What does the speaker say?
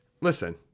Listen